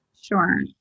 Sure